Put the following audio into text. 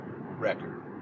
record